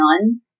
none